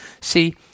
See